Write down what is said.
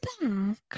back